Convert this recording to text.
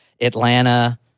Atlanta